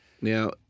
Now